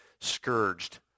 scourged